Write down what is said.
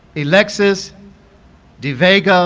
elexus devague um